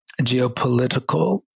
geopolitical